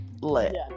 lit